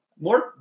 More